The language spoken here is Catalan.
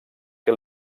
que